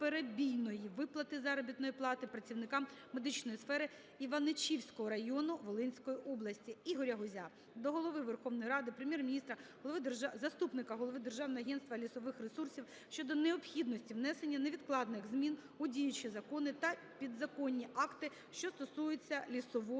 виплати заробітної плати працівникам медичної сфери Іваничівського району Волинської області. ІгоряГузя до Голови Верховної Ради, Прем'єр-міністра, заступника Голови Державного агентства лісових ресурсів щодо необхідності внесення невідкладних змін у діючі закони та підзаконні акти, що стосуються лісової галузі